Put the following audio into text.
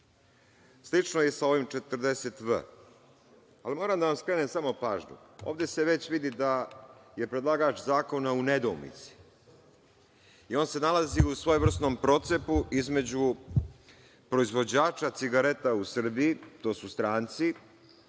Slično je i sa ovim 40v.Moram da vam skrenem samo pažnju, ovde se već vidi da je predlagač zakona u nedoumici i on se nalazi u svojevrsnom procepu između proizvođača cigareta u Srbiji, to su stranci